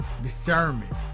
discernment